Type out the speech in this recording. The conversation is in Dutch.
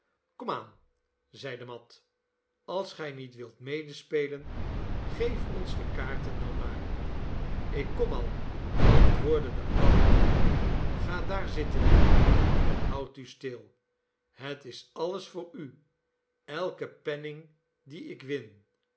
i zeide mat als gij niet wilt medespelen geef ons de kaarten dan maar ik kom al antwoordde de oude man ga daar zitten nelly en houd u stil het is alles voor u elke penning dien ik win